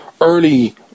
early